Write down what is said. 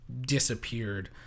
disappeared